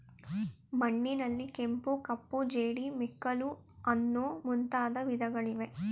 ಮಣ್ಣಿನಲ್ಲಿ ಕೆಂಪು, ಕಪ್ಪು, ಜೇಡಿ, ಮೆಕ್ಕಲು ಅನ್ನೂ ಮುಂದಾದ ವಿಧಗಳಿವೆ